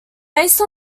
based